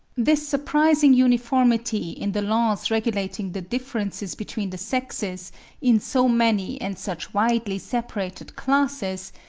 this surprising uniformity in the laws regulating the differences between the sexes in so many and such widely separated classes,